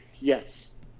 Yes